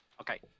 okay